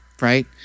right